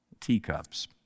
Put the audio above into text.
teacups